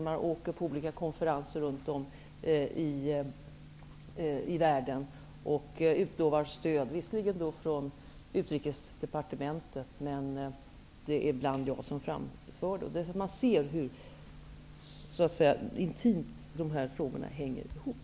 När jag åker till olika konferenser runt om i världen får jag ibland utlova stöd, som då visserligen kommer från Utrikesdepartementet, men beskedet framförs ändå av mig. Man kan då se hur intimt de här frågorna hänger ihop.